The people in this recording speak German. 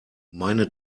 meine